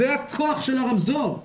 זה הכוח של הרמזור,